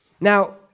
Now